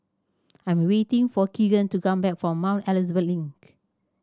I'm waiting for Kegan to come back from Mount Elizabeth Link